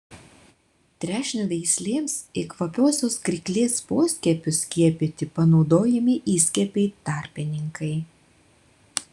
trešnių veislėms į kvapiosios kryklės poskiepius skiepyti panaudojami įskiepiai tarpininkai